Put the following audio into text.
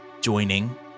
joining